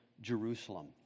Jerusalem